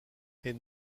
est